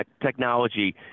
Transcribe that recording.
technology